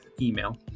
email